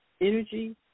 energy